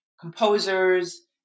composers